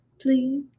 Please